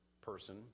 person